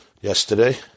yesterday